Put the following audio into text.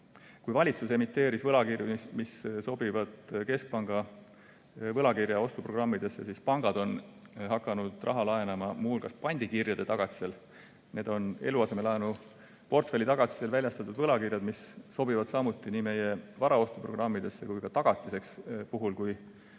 Kui valitsus emiteeris võlakirju, mis sobivad keskpanga võlakirjaostuprogrammidesse, siis pangad on hakanud raha laenama muu hulgas pandikirjade tagatisel. Need on eluasemelaenuportfelli tagatisel väljastatud võlakirjad, mis sobivad samuti nii meie varaostuprogrammidesse kui ka tagatiseks puhul, kui